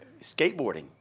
skateboarding